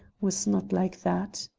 was not like that.